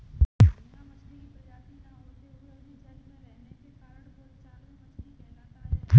झींगा मछली की प्रजाति न होते हुए भी जल में रहने के कारण बोलचाल में मछली कहलाता है